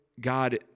God